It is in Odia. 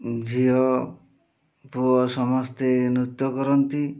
ଝିଅ ପୁଅ ସମସ୍ତେ ନୃତ୍ୟ କରନ୍ତି